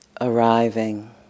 Arriving